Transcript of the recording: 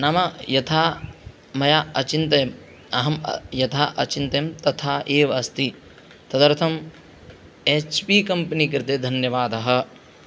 नाम यथा मया अचिन्तयम् अहं यथा अचिन्तयं तथा एव अस्ति तदर्थम् एच् पी कम्पनी कृते धन्यवादः